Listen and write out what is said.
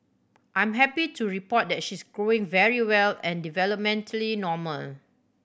I'm happy to report that she's growing very well and developmentally normal